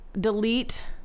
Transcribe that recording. delete